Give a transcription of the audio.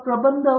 professor